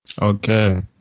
Okay